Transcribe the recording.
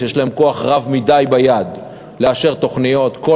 שיש להם כוח רב מדי ביד לאשר תוכניות כל